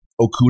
Okuda